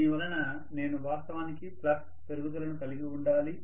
దీనివలన నేను వాస్తవానికి ఫ్లక్స్ పెరుగుదలను కలిగి ఉండాలి